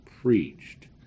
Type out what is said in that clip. preached